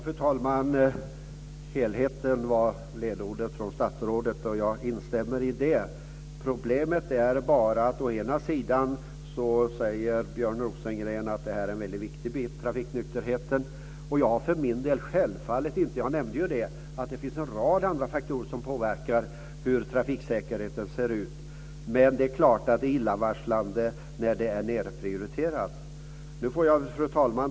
Fru talman! Helheten var ledordet från statsrådet. Jag instämmer i det. Björn Rosengren säger att trafiknykterheten är viktig. Jag nämnde också att det finns en rad andra faktorer som påverkar trafiksäkerheten. Men det är illavarslande när trafiknykterheten nedprioriteras. Fru talman!